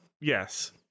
yes